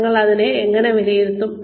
ഞങ്ങൾ ഇതിനെ എങ്ങനെ വിലയിരുത്തും